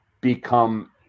become